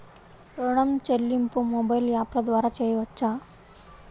ఋణం చెల్లింపు మొబైల్ యాప్ల ద్వార చేయవచ్చా?